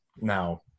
now